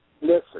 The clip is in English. Listen